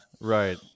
right